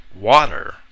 water